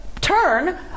turn